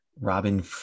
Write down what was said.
Robin